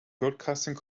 broadcasting